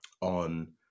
on